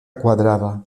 cuadrada